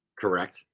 correct